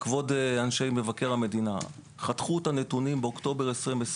כבוד אנשי משרד מבקר המדינה,